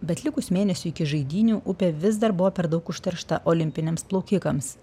bet likus mėnesiui iki žaidynių upė vis dar buvo per daug užteršta olimpiniams plaukikams